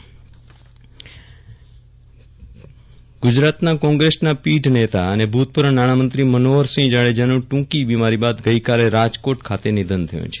અવસાન ગુજરાત કોગ્રેસના પીઢ નેતા અને ભુતપુર્વ નાવામંત્રી મનોહરસિંહ જાકેજાનું ટુકી બિમારી બાદ ગઈકાલે રાજકોટ ખાતે નિધન થયું છે